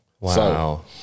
Wow